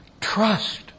Trust